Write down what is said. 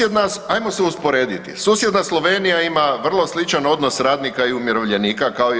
Ajmo se usporediti, susjedna Slovenija ima vrlo sličan odnos radnika i umirovljenika, kao i RH.